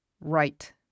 Right